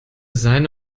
seine